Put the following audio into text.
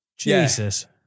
Jesus